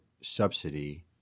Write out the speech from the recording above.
subsidy